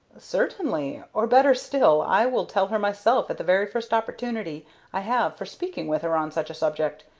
certainly or, better still, i will tell her myself at the very first opportunity i have for speaking with her on such a subject.